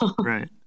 Right